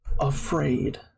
afraid